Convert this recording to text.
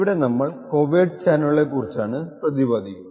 ഇവിടെ നമ്മൾ കോവേർട്ട് ചാനലുകളെ കുറിച്ചാണ് പ്രതിപാദിക്കുന്നത്